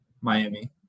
Miami